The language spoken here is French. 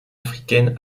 africaine